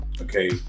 Okay